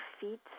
feet